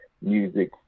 Music